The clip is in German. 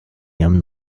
ihrem